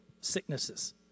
sicknesses